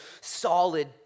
solid